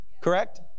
Correct